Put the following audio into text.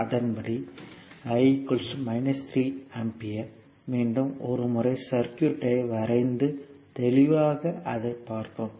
அதன்படி I 3 ampere மீண்டும் ஒரு முறை சர்க்யூட் ஐ வரைந்து தெளிவாக அதை பார்ப்போம்